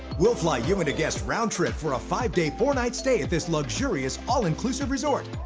we'll fly you and a guest roundtrip for a five day, four night stay at this luxurious all-inclusive resort.